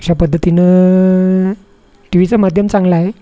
अशा पद्धतीनं टी व्हीचा माध्यम चांगला आहे